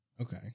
Okay